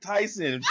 Tyson